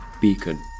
beacon